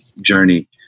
journey